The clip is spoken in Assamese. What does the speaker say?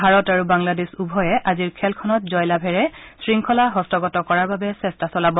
ভাৰত আৰু বাংলাদেশ উভয়ে আজিৰ খেলখনত জয়লাভেৰে শৃংখলা হস্তগত কৰাৰ বাবে চেষ্টা চলাব